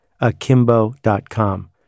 akimbo.com